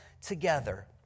together